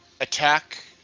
attack